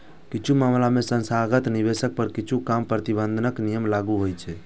किछु मामला मे संस्थागत निवेशक पर किछु कम प्रतिबंधात्मक नियम लागू होइ छै